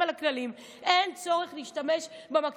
על הכללים אין צורך להשתמש במכת"זית.